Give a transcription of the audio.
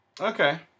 Okay